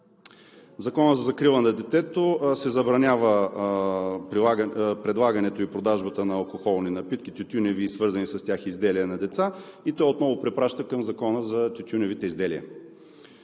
Закона за закрила на детето се забранява предлагането и продажбата на алкохолни напитки, тютюневи и свързаните с тях изделия на деца и той отново препраща към Закона за тютюневите изделия.